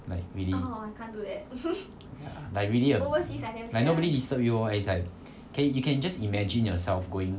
like really like really ah like nobody disturb you [one] is like you can you can just imagine yourself going